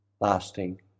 lasting